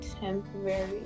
temporary